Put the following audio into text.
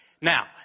Now